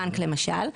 מהבנק, למשל?